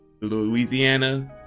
Louisiana